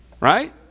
Right